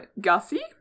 gussy